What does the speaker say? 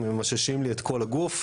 ממששים לי את כל הגוף,